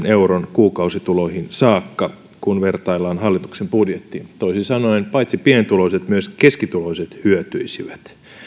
euron kuukausituloihin saakka kun vertaillaan hallituksen budjettiin toisin sanoen paitsi pienituloiset myös keskituloiset hyötyisivät